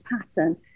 pattern